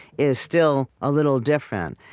is still a little different,